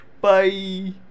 bye